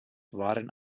waren